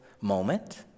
moment